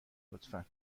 لطفا